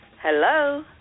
Hello